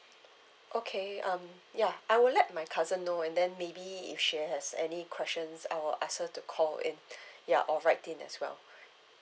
okay um ya I will let my cousin know and then maybe if she has any questions I'll ask her to call in ya or write in as well